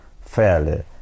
fairly